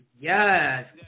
Yes